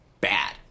bad